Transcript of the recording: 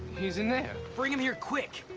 he's in there. bring him here, quick!